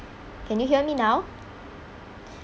can you hear me now